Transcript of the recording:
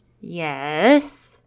Yes